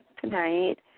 tonight